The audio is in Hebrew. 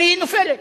והיא נופלת,